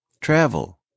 travel